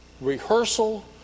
rehearsal